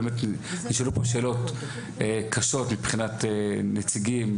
נשאלו פה שאלות קשות מבחינת נציגים,